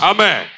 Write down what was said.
Amen